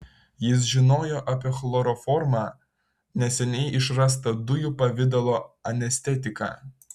jis žinojo apie chloroformą neseniai išrastą dujų pavidalo anestetiką